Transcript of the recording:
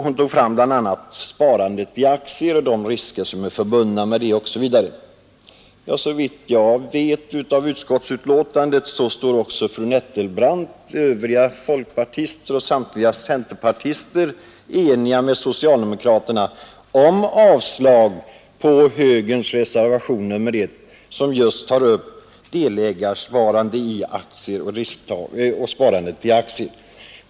Hon tog som exempel bl.a. sparandet i aktier och de risker som är förbundna med aktiesparandet. Men av utskottsbetänkandet framgår att fru Nettelbrandt och övriga folkpartister liksom samtliga centerpartister är eniga med socialdemokraterna om avslag på högerns reservation nr 1, som tar upp just delägarsparande i aktier och sparande i aktier.